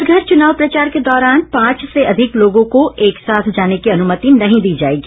घर घर चुनाव प्रचार के दौरान पांच से अधिक लोगों को एक साथ जाने की अनुमति नहीं दी जायेगी